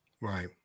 right